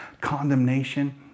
condemnation